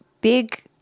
big